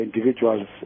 individuals